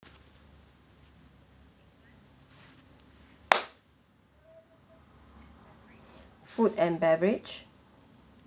food and beverage